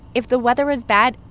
if the weather was bad,